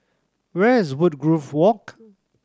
where is Woodgrove Walk